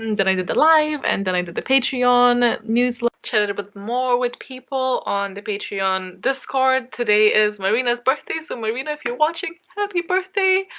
and then i did the live, and then i did the patreon newsletter chatted a bit more with people on the patreon discord. today is marina's birthday so, marina, if you're watching, happy birthday!